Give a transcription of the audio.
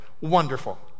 Wonderful